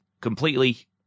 completely